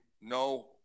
no